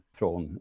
från